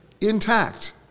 intact